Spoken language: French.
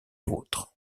l’autre